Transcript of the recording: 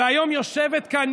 והיום היא יושבת כאן,